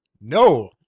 No